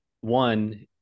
One